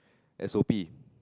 S_O_P